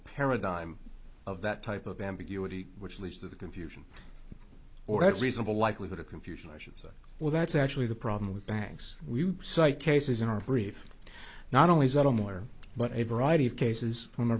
paradigm of that type of ambiguity which leads to the confusion or at reasonable likelihood of confusion i should say well that's actually the problem with banks we cite cases in our brief not only is not only are but a variety of cases